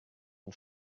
man